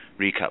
recap